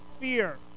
fear